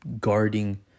guarding